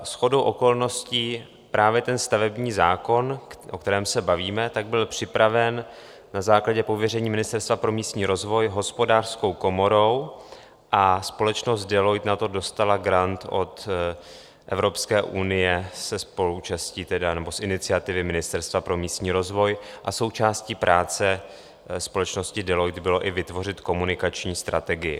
Shodou okolností právě stavební zákon, o kterém se bavíme, byl připraven na základě pověření Ministerstva pro místní rozvoj Hospodářskou komorou a společnost Deloitte na to dostala grant od Evropské unie se spoluúčastí nebo z iniciativy Ministerstva pro místní rozvoj a součástí práce společnosti Deloitte bylo i vytvořit komunikační strategii.